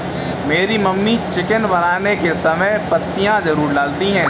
मेरी mummy chicken बनाने के समय बे पत्तियां जरूर डालती हैं